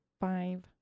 five